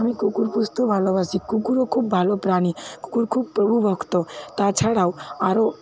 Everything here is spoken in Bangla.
আমি কুকুর পুষতেও ভালোবাসি কুকুরও খুব ভালো প্রাণী কুকুর খুব প্রভুভক্ত তাছাড়াও আরও